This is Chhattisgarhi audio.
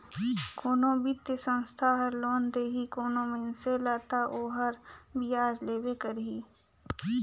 कोनो बित्तीय संस्था हर लोन देही कोनो मइनसे ल ता ओहर बियाज लेबे करही